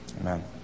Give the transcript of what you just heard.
amen